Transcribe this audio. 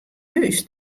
hûs